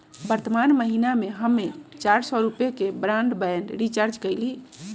वर्तमान महीना में हम्मे चार सौ रुपया के ब्राडबैंड रीचार्ज कईली